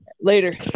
Later